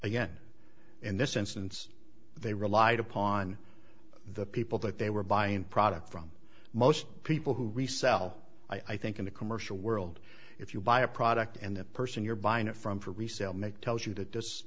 again in this instance they relied upon the people that they were buying products from most people who resell i think in the commercial world if you buy a product and the person you're buying it from for resale make tells you that this